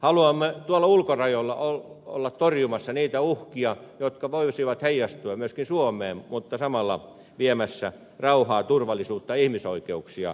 haluamme tuolla ulkorajoilla olla torjumassa niitä uhkia jotka voisivat heijastua myöskin suomeen mutta samalla viemässä rauhaa turvallisuutta ja ihmisoikeuksia